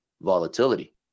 volatility